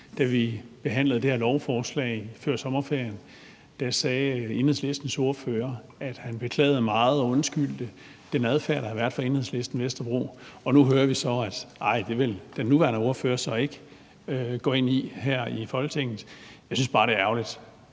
Da vi behandlede det her lovforslag før sommerferien, sagde Enhedslistens ordfører, at han beklagede meget og undskyldte den adfærd, der havde været udvist af Enhedslisten Vesterbro, og nu hører vi så, at, nej, det vil den nuværende ordfører så ikke gå ind i her i Folketinget. Jeg synes bare, det er ærgerligt,